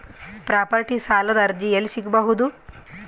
Property ಸಾಲದ ಅರ್ಜಿ ಎಲ್ಲಿ ಸಿಗಬಹುದು?